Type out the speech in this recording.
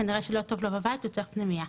כנראה שלא טוב לו בבית וצריך פנימייה.